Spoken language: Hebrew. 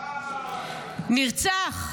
נרצח.